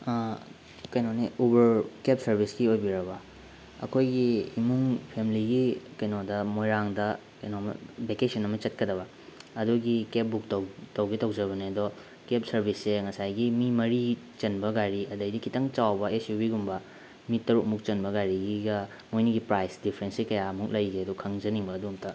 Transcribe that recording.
ꯀꯩꯅꯣꯅꯦ Uber cab ꯁꯔꯚꯤꯁꯔꯀꯤ ꯑꯣꯏꯕꯤꯔꯕ꯭ꯔꯥ ꯑꯩꯈꯣꯏꯒꯤ ꯏꯃꯨꯡ ꯐꯦꯃꯤꯂꯤꯒꯤ ꯀꯩꯅꯣꯗ ꯃꯣꯏꯔꯥꯡꯗ ꯀꯩꯅꯣꯃ ꯚꯦꯀꯦꯁꯟ ꯑꯃ ꯆꯠꯀꯗꯕ ꯑꯗꯨꯒꯤ ꯀꯦꯕ ꯕꯨꯛ ꯇꯧꯒꯦ ꯇꯧꯖꯕꯅꯦ ꯑꯗꯣ ꯀꯦꯕ ꯁꯔꯚꯤꯁꯁꯦ ꯉꯁꯥꯏꯒꯤ ꯃꯤ ꯃꯔꯤ ꯆꯟꯕ ꯒꯥꯔꯤ ꯑꯗꯩꯗꯤ ꯈꯤꯇꯪ ꯆꯥꯎꯕ ꯑꯦꯛꯁ ꯌꯨ ꯚꯨꯒꯨꯝꯕ ꯃꯤ ꯇꯔꯨꯛꯃꯨꯛ ꯆꯟꯕ ꯒꯥꯔꯤꯒꯤꯒ ꯃꯣꯏꯅꯤꯒꯤ ꯄ꯭ꯔꯥꯏꯁ ꯗꯤꯐꯔꯦꯟꯁꯁꯦ ꯀꯌꯥꯃꯨꯛ ꯂꯩꯒꯦ ꯑꯗꯨ ꯈꯪꯖꯅꯤꯡꯕ ꯑꯗꯨ ꯑꯃꯇ